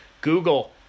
Google